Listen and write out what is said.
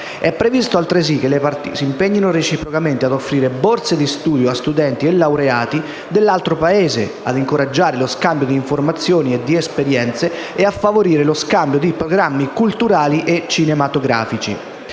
È previsto altresì che le parti si impegnino reciprocamente ad offrire borse di studio a studenti e laureati dell'altro Paese, ad incoraggiare lo scambio di informazioni e di esperienze e a favorire lo scambio di programmi culturali e cinematografici.